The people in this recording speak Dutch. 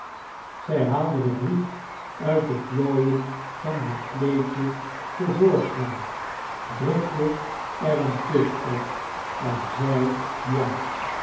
zij haalde den brief uit de plooien van haar kleedje te voors'chijn drukte er een kus op en zei ja